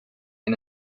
and